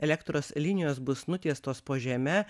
elektros linijos bus nutiestos po žeme